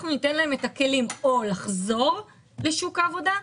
אנחנו ניתן להן את הכלים או לחזור לשוק העבודה,